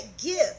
gift